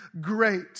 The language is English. great